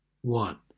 One